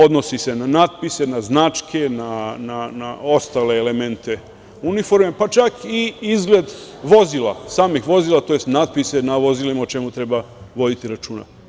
Odnosi se na natpise, na značke, na ostale elemente uniforme, pa čak i izgled vozila, samih vozila, tj. natpise na vozilima o čemu treba voditi računa.